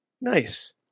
Nice